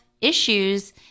issues